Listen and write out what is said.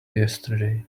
yesterday